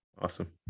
awesome